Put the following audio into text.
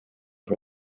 for